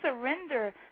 surrender